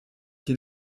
qui